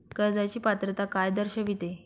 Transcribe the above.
कर्जाची पात्रता काय दर्शविते?